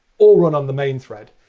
all run on the main thread.